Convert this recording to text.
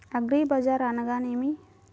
అగ్రిబజార్ అనగా నేమి?